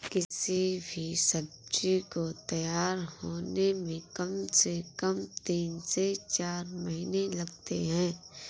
किसी भी सब्जी को तैयार होने में कम से कम तीन से चार महीने लगते हैं